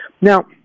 Now